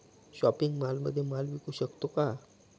Shopping मॉलमध्ये माल विकू शकतो का?